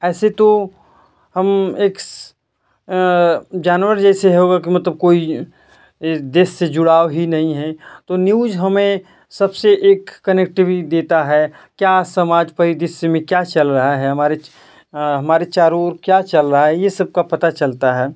ऐसे तो हम एक जानवर जैसे होगा कि मतलब कोई देश से जुड़ाव ही नहीं है तो न्यूस हमें सबसे एक कनेक्टिविटी देता है क्या समाज परिदृश्य में क्या चल रहा है हमारे हमारे चारों ओर क्या चल रहा है यह सब का पता चलता है